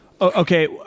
Okay